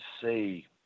see